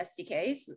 SDKs